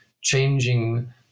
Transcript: changing